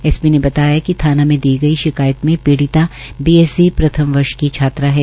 S P ने बताया कि थाना मे दी गई शिकायत में पीड़िता बीएससी प्रथम वर्ष की छात्रा है